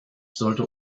sollte